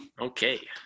Okay